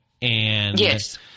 Yes